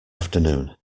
afternoon